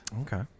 okay